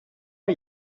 are